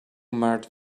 merge